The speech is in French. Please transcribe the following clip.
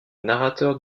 narrateur